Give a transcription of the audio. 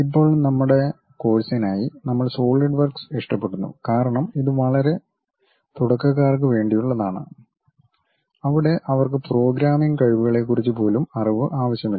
ഇപ്പോൾ നമ്മളുടെ കോഴ്സിനായി നമ്മൾ സോളിഡ് വർക്ക്സ് ഇഷ്ടപ്പെടുന്നു കാരണം ഇത് വളരെ തുടക്കക്കാർക്ക് വേണ്ടിയുള്ളതാണ് അവിടെ അവർക്ക് പ്രോഗ്രാമിംഗ് കഴിവുകളെക്കുറിച്ച് പോലും അറിവ് ആവശ്യമില്ല